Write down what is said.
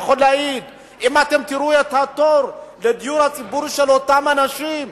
הוא יכול להעיד שאם תראו את התור לדיור הציבורי של אותם אנשים